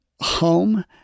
home